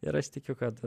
ir aš tikiu kad